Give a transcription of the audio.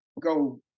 go